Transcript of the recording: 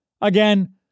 Again